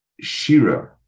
Shira